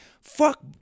Fuck